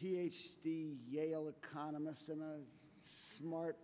ph smart